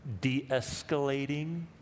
de-escalating